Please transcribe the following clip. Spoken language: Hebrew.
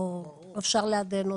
או אפשר לעדן אותה.